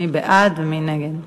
מי בעד ומי נגד?